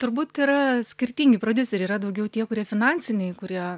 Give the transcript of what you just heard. turbūt yra skirtingi prodiuseriai yra daugiau tie kurie finansiniai kurie